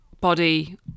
body